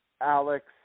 Alex